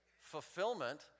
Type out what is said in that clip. fulfillment